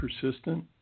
persistent